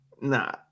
Nah